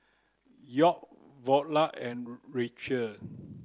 York Viola and Rachel